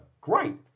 Great